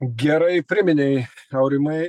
gerai priminei aurimai